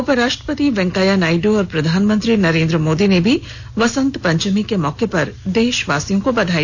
उपराष्ट्रपति वैकेंया नायड् और प्रधानमंत्री नरेंद्र मोदी ने भी बसंत पंचमी के मौके पर देशवासियों को बधाई